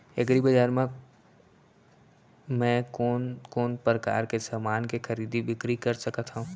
एग्रीबजार मा मैं कोन कोन परकार के समान के खरीदी बिक्री कर सकत हव?